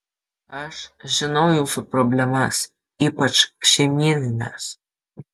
aš žinau jūsų problemas ypač šeimynines